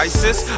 Isis